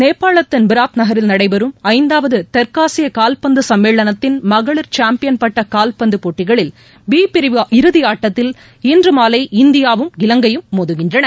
நேபாளத்தின் பிராத் நகரில் நடைபெறும் ஐந்தாவதுதெற்காசியகால்பந்துசம்மேளனத்தின் மகளிர் சாம்பியன் பட்டகாவ்பந்தபோட்டிகளில் பிபிரிவு இறுதியாட்டத்தில் இன்றுமாலை இந்தியாவும் இலங்கையும் மோதுகின்றன